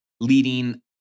leading